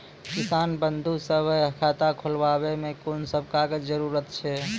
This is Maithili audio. किसान बंधु सभहक खाता खोलाबै मे कून सभ कागजक जरूरत छै?